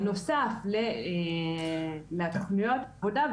בנוסף לתכניות עבודה,